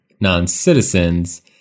non-citizens